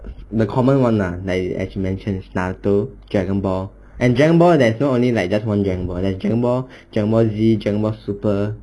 the common [one] lah like as you mentioned naruto dragon ball and dragon ball that not only like just one dragon ball like dragon ball dragon ball Z dragon ball supper